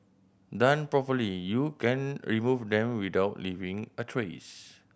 done properly you can remove them without leaving a trace